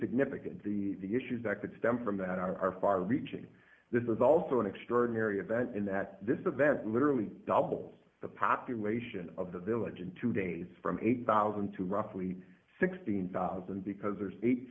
significant the issues that could stem from that are far reaching this is also an extraordinary event in that this event literally doubles the population of the village in two days from eight thousand to roughly sixteen thousand because there's eight